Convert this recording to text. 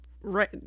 right